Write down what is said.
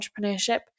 entrepreneurship